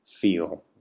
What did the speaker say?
feel